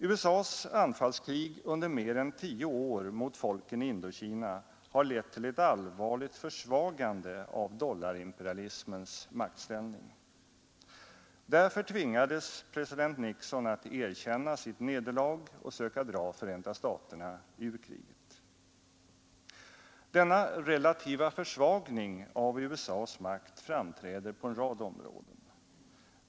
USA:s anfallskrig under mer än tio år mot folken i Indokina har lett till ett allvarligt försvagande av dollarimperialismens maktställning. Därför tvingades president Nixon att erkänna sitt nederlag och söka dra Förenta staterna ur kriget. Denna relativa försvagning av USA:s makt framträder på en rad områden.